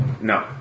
No